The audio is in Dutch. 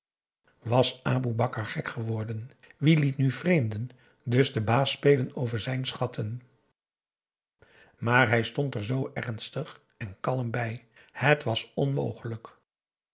was aboe bakar gek geworden wie liet nu vreemden dus den baas spelen over zijn schatten maar hij stond er zoo ernstig en kalm bij het was onmogelijk